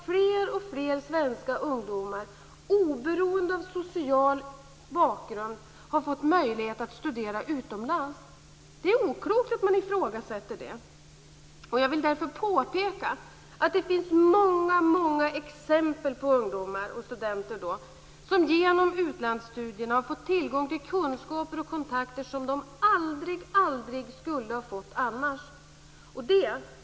Fler och fler svenska ungdomar, oberoende av social bakgrund, har fått möjlighet att studera utomlands. Det är oklokt att ifrågasätta det. Jag vill därför påpeka att det finns många exempel på ungdomar som genom utlandsstudierna har fått tillgång till kunskaper och kontakter som de aldrig annars skulle ha fått.